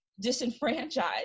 disenfranchised